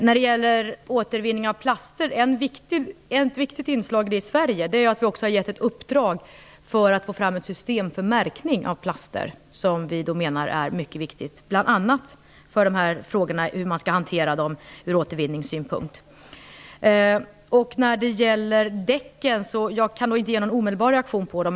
När det gäller återvinning av plaster är ett viktigt inslag att vi i Sverige har givit ett uppdrag för att få fram ett system för märkning av plaster. Detta menar vi är mycket viktigt, bl.a. med tanke på frågan om hur man skall hantera plaster ur återvinningssynpunkt. När det gäller däcken kan jag inte komma med någon omedelbar reaktion.